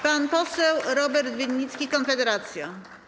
Pan poseł Robert Winnicki, Konfederacja.